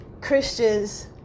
Christians